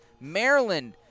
Maryland